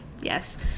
yes